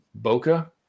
bokeh